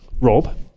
Rob